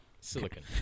Silicon